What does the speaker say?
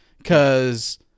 Cause